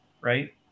right